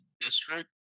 district